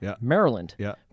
Maryland